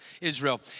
Israel